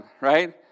right